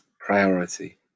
priority